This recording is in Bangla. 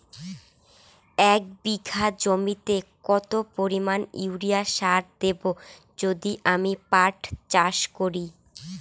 এক বিঘা জমিতে কত পরিমান ইউরিয়া সার দেব যদি আমি পাট চাষ করি?